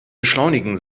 beschleunigen